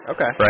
Okay